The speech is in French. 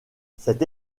cette